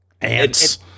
ants